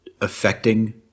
affecting